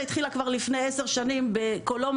התחילה כבר לפני עשר שנים בקולומביה,